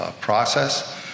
process